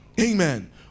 Amen